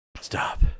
stop